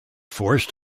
forced